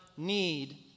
Need